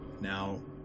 now